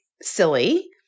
silly